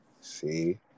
See